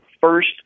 first